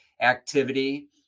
activity